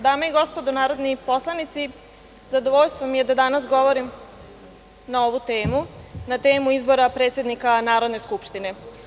Dame i gospodo narodni poslanici, zadovoljstvo mi je da danas govorim na ovu temu, na temu izbora predsednika Narodne skupštine.